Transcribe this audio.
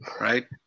right